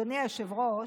אדוני היושב-ראש,